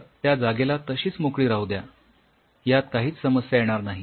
तर त्या जागेला तशीच मोकळी राहू द्या यात काहीच समस्या येणार नाही